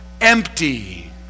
empty